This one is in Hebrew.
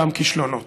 גם כישלונות.